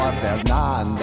Fernanda